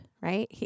Right